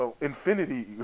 Infinity